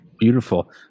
Beautiful